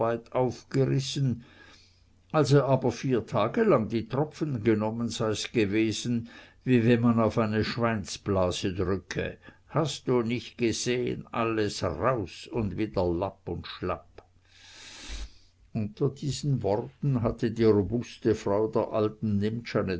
aufgerissen als er aber vier tage lang die tropfen genommen sei's gewesen wie wenn man auf eine schweinsblase drücke hast du nich gesehn alles raus un wieder lapp un schlapp unter diesen worten hatte die robuste frau der alten